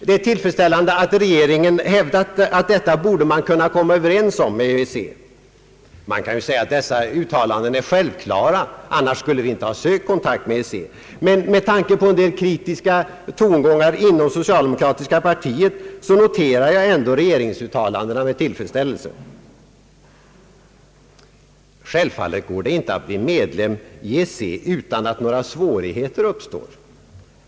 Det är tillfredsställande att regeringen hävdat att om detta borde man kunna komma överens med EEC. Man kan säga att dessa uttalanden är självklara — annars skulle vi inte ha sökt kontakt med EEC — men med tanke på en del kritiska tongångar inom socialdemokratiska partiet noterar jag ändå regeringsuttalandena med tillfredsställelse. Givetvis går det inte att bli medlem i EEC utan att några svårigheter uppstår.